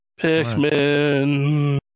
Pikmin